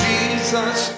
Jesus